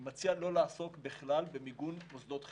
אני מציע לא לעסוק בכלל במיגון מוסדות חינוך.